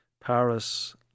Paris